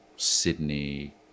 Sydney